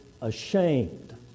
ashamed